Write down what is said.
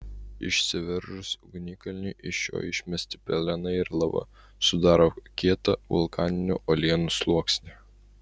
išsiveržus ugnikalniui iš jo išmesti pelenai ir lava sudaro kietą vulkaninių uolienų sluoksnį